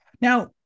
Now